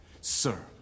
Sir